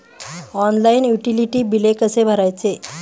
Online utility बिले कसे भरायचे?